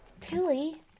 Tilly